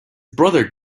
brother